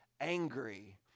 angry